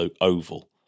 oval